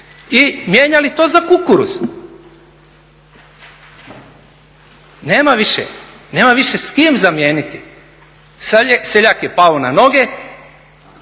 i mijenjali to za kukuruz. Nema više, nema više s kim zamijeniti, seljak je pao na noge